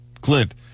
Clint